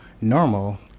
normal